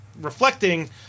reflecting